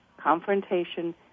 confrontation